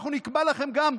אנחנו נקבע לכם גם,